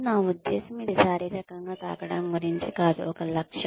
నా ఉద్దేశ్యం ఇది శారీరకంగా తాకడం గురించి కాదు ఒక లక్ష్యం